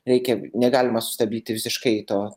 reikia negalima sustabdyti visiškai to